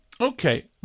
Okay